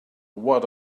what